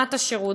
ברמת השירות,